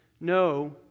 no